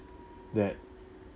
that